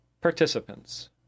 participants